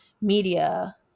media